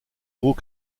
gros